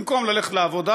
במקום ללכת לעבודה,